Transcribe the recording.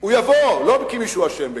הוא יבוא, לא כי מישהו אשם בכך,